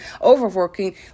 overworking